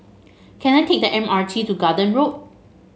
can I take the M R T to Garden Road